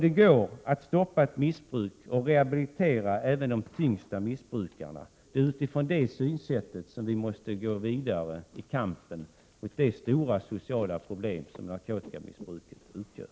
Det går att stoppa ett missbruk och att rehabilitera även de tyngsta missbrukarna. Det är med det synsättet som vi måste gå vidare i kampen mot det stora sociala problem som narkotikamissbruket utgör.